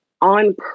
on